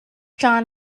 john